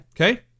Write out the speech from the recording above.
okay